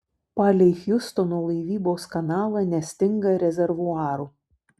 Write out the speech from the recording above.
palei hjustono laivybos kanalą nestinga rezervuarų